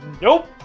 nope